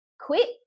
quit